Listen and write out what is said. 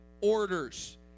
orders